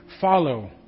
follow